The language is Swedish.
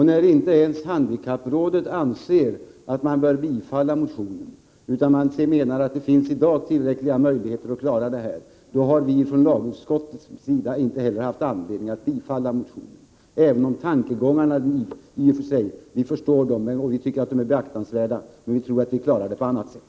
När inte ens handikapprådet anser att man bör bifalla motionen utan att det i dag finns tillräckliga möjligheter att klara detta ändå, har vi från lagutskottets majoritet inte heller haft anledning att tillstyrka bifall till motionen — även om vi förstår tankegångarna och tycker att de är beaktansvärda. Vi tror dock att detta kan klaras på annat sätt.